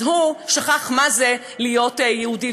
אז הוא שכח מה זה להיות יהודי.